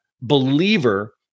believer